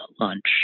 lunch